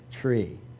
tree